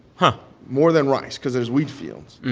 huh. more than rice because there's wheat fields.